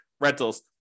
rentals